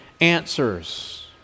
answers